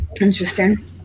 Interesting